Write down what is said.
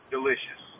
delicious